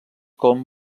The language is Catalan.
com